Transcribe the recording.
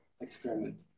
experiment